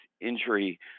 injury